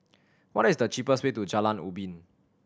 what is the cheapest way to Jalan Ubin